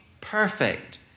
perfect